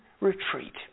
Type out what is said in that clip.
retreat